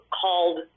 called